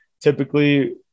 typically